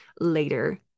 later